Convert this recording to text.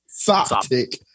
Soptic